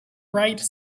rite